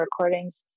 recordings